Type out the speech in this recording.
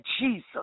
Jesus